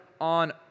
on